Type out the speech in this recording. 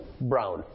brown